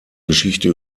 geschichte